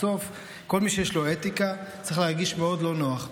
בסוף כל מי שיש לו אתיקה צריך להרגיש מאד לא נוח.